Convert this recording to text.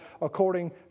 according